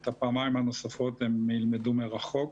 את הפעמיים הנוספות הם ילמדו מרחוק.